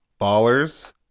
Ballers